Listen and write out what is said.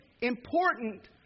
important